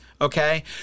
okay